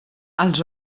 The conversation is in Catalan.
els